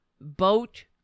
boat